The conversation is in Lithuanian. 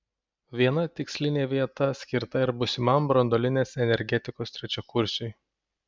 viena tikslinė vieta skirta ir būsimam branduolinės energetikos trečiakursiui